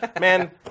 Man